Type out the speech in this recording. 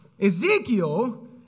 Ezekiel